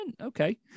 okay